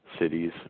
cities